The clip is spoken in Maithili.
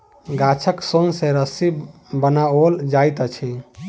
गाछक सोन सॅ रस्सी बनाओल जाइत अछि